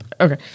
Okay